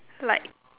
like